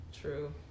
true